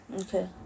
Okay